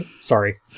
Sorry